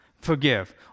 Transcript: forgive